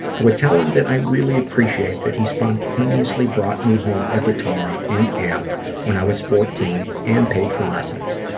i would tell him that i really appreciate that he spontaneously brought me home a guitar and amp when i was fourteen and paid for lessons.